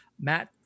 Matt